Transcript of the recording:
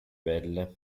belle